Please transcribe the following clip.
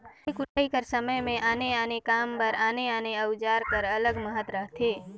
मिसई कुटई कर समे मे आने आने काम बर आने आने अउजार कर अलगे महत रहथे